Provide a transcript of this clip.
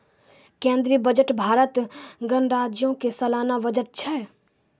केंद्रीय बजट भारत गणराज्यो के सलाना बजट छै